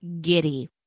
giddy